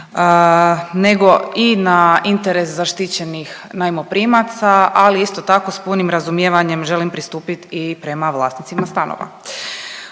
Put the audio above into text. nego i na interes zaštićenih najmoprimaca, ali isto tako s punim razumijevanjem želim pristupit i prema vlasnicima stanova.